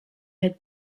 had